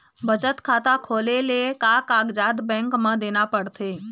बचत खाता खोले ले का कागजात बैंक म देना पड़थे?